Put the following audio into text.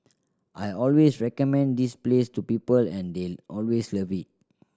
I always recommend this place to people and they always love it